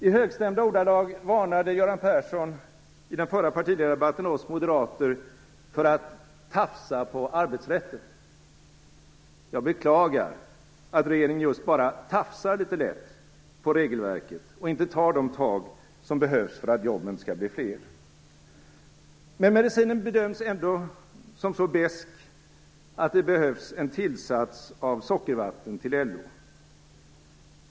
I högstämda ordalag varnade Göran Persson i den förra partiledardebatten oss moderater för att "tafsa på arbetsrätten". Jag beklagar att regeringen just bara tafsar litet lätt på regelverket och inte tar de tag som behövs för att jobben skall bli fler. Men medicinen bedöms ändå som så besk att det behövs en tillsats av sockervatten till LO.